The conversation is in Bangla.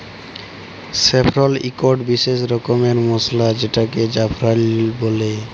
স্যাফরল ইকট বিসেস রকমের মসলা যেটাকে জাফরাল বল্যে